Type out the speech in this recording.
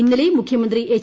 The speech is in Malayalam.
ഇന്നലെയും മുഖ്യമന്ത്രി എച്ച്